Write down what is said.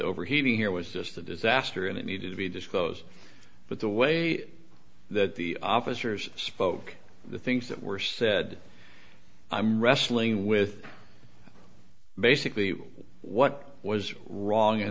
overheating here was just a disaster and it needed to be disclosed but the way that the officers spoke the things that were said i'm wrestling with basically what was wrong in